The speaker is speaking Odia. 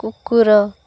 କୁକୁର